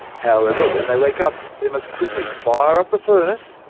however, when they wake up, they must quickly fire up the furnace,